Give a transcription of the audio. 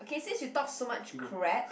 okay since you talk so much crap